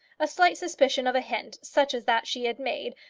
a slight suspicion of a hint, such as that she had made,